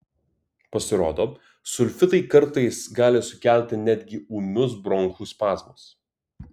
pasirodo sulfitai kartais gali sukelti netgi ūmius bronchų spazmus